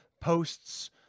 posts